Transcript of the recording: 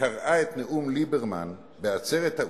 קראה את נאום ליברמן בעצרת האו"ם,